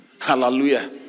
Hallelujah